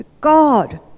God